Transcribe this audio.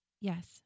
yes